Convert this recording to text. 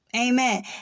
Amen